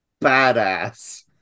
Badass